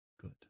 good